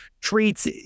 treats